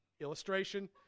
illustration